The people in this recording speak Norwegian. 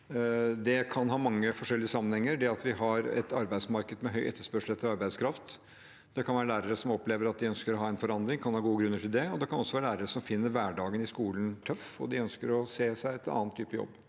Det kan ha mange forskjellige sammenhenger. Det kan være at vi har et arbeidsmarked med høy etterspørsel etter arbeidskraft. Det kan være lærere som opplever at de ønsker en forandring, og de kan ha gode grunner til det. Det kan også være lærere som finner hverdagen i skolen tøff og ønsker seg en annen type jobb.